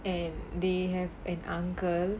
and they have an uncle